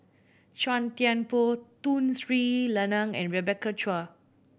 Chua Thian Poh Tun Sri Lanang and Rebecca Chua